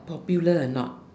popular or not